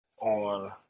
on